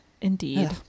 indeed